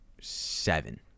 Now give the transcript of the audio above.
seven